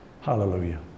Hallelujah